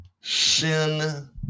sin